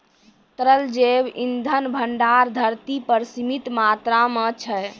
तरल जैव इंधन भंडार धरती पर सीमित मात्रा म छै